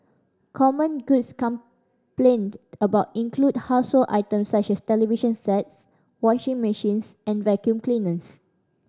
common goods complained about include household items such as television sets washing machines and vacuum cleaners